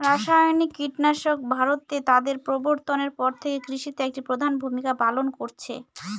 রাসায়নিক কীটনাশক ভারতে তাদের প্রবর্তনের পর থেকে কৃষিতে একটি প্রধান ভূমিকা পালন করেছে